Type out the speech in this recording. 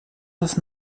das